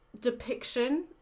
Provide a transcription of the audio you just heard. depiction